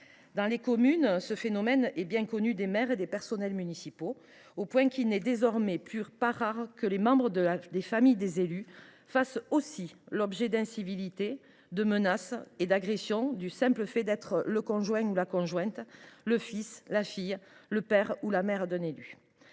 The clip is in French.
Dans les communes, ce phénomène est bien connu des maires et des personnels municipaux, au point qu’il n’est plus rare, désormais, que les membres des familles des élus fassent, eux aussi, l’objet d’incivilités, de menaces et d’agressions du simple fait d’être le conjoint, la conjointe, le fils, la fille, le père ou la mère d’un élu.